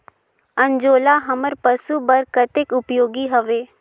अंजोला हमर पशु बर कतेक उपयोगी हवे?